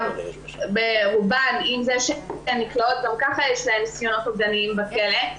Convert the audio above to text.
לרובן, גם ככה יש ניסיונות אובדניים בכלא,